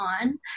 on